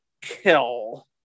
Kill